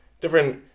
different